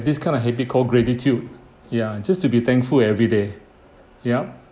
this kind of habit called gratitude ya just to be thankful everyday yup